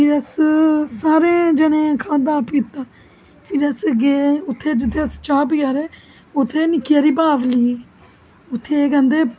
फिर अस सारे जनें खाद्धा पीता फिर अस गे उत्थै जित्थै अस चाह पिया दे उत्थै निक्की सारी बाबली ही उत्थै एह्